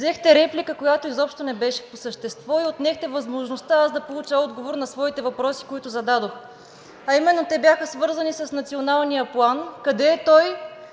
взехте реплика, която изобщо не беше по същество, и отнехте възможността аз да получа отговор на своите въпроси, които зададох, а именно те бяха свързани с Националния план – къде е той,